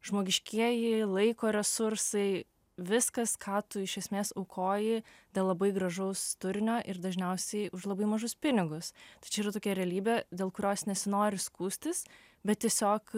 žmogiškieji laiko resursai viskas ką tu iš esmės aukoji dėl labai gražaus turinio ir dažniausiai už labai mažus pinigus tai čia yra tokia realybė dėl kurios nesinori skųstis bet tiesiog